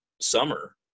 summer